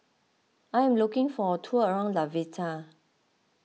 I am looking for a tour around Latvia